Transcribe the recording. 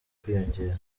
kwiyongera